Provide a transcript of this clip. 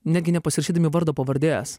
netgi nepasirašydami vardo pavardės